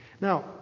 Now